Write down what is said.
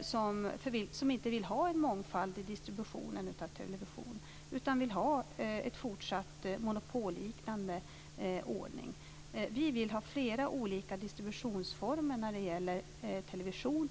som inte vill ha en mångfald i distributionen av television utan vill ha en fortsatt monopolliknande ordning. Vi vill ha flera olika distributionsformer när det gäller television.